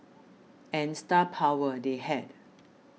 and star power they had